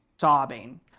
sobbing